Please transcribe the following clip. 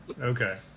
Okay